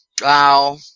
Wow